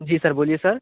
जी sir बोलिए sir